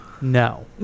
No